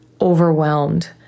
overwhelmed